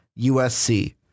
USC